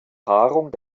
paarung